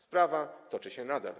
Sprawa toczy się nadal.